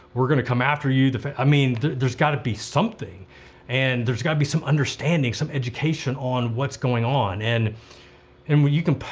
we're going to come after you, the feds. i mean, there's gotta be something and there's gotta be some understanding, some education on what's going on, and and what you can,